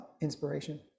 inspiration